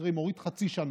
קרי מוריד חצי שנה,